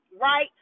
right